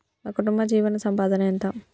మా కుటుంబ జీవన సంపాదన ఎంత?